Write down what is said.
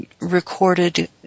recorded